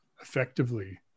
effectively